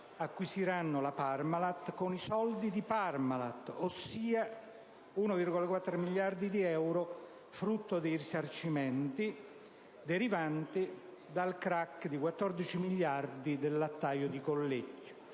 acquisiranno la Parmalat con i soldi di Parmalat, ossia 1,4 miliardi di euro, frutto di risarcimenti derivanti dal crack di 14 miliardi del «lattaio di Collecchio».